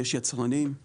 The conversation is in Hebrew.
יש יצרנים,